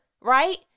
right